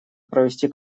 провести